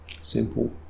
Simple